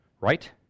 right